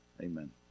amen